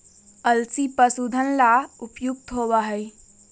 अलसी पशुधन ला उपयुक्त होबा हई